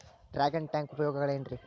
Dragon tank ಉಪಯೋಗಗಳೆನ್ರಿ?